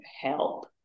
help